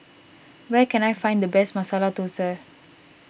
where can I find the best Masala Dosa